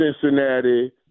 Cincinnati